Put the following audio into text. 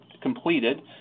completed